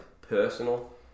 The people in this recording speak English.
personal